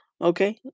Okay